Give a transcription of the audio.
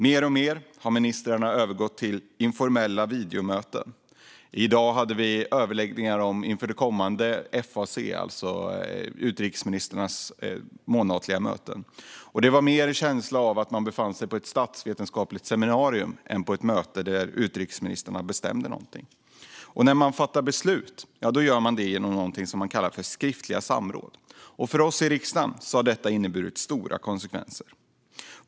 Ministrarna har mer och mer gått över till informella videomöten, och i dag hade vi överläggningar inför det kommande FAC - alltså utrikesministrarnas månatliga möte - vilket gav känslan av att befinna sig på ett statsvetenskapligt seminarium snarare än på ett möte där utrikesministrarna bestämde någonting. När man fattar beslut gör man det genom någonting man kallar skriftliga samråd. För oss i riksdagen har detta inneburit stora konsekvenser.